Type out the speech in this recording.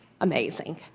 amazing